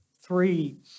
three